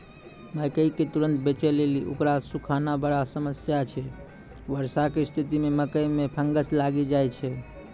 मकई के तुरन्त बेचे लेली उकरा सुखाना बड़ा समस्या छैय वर्षा के स्तिथि मे मकई मे फंगस लागि जाय छैय?